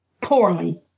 poorly